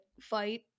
fight